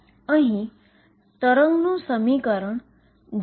અહીં વેવનું સમીકરણ છે